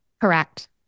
Correct